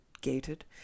gated